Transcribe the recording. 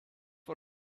for